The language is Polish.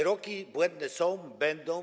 Wyroki błędne są, będą.